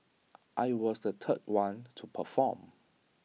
I was the third one to perform